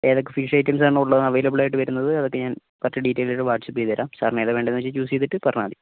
ഏതൊക്കെ fish items ആണുള്ളത് available ആയിട്ടുവരുന്നത് അതൊക്കെ ഞാൻ ഡീറ്റെയിൽസ് ആയിട്ടു വാട്ട്സപ്പ് ചെയ്തുതരാം സാറിന് ഏതാണ് വേണ്ടതെന്ന് വെച്ചാല് ചൂസ് ചെയ്തിട്ട് പറഞ്ഞാൽ മതി